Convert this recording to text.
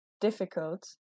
difficult